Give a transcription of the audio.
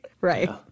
Right